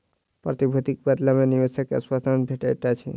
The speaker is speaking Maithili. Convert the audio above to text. प्रतिभूतिक बदला मे निवेशक के आश्वासन भेटैत अछि